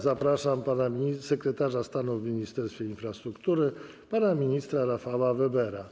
Zapraszam sekretarza stanu w Ministerstwie Infrastruktury pana ministra Rafała Webera.